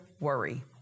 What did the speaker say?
worry